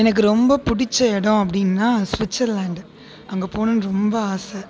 எனக்கு ரொம்ப பிடிச்ச இடம் அப்படின்னா ஸ்விட்சர்லாந்து அங்கே போகணும்னு ரொம்ப ஆசை